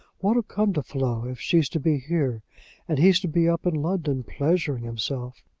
what'll come to flo if she's to be here and he's to be up in london, pleasuring himself?